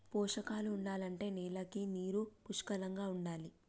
పోషకాలు ఉండాలంటే నేలకి నీరు పుష్కలంగా ఉండాలి